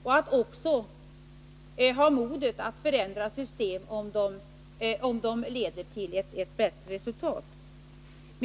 Vi måste ha modet att förändra ett system, om detta leder till ett bättre resultat.